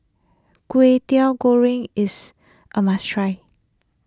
Kway Teow Goreng is a must try